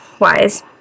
wise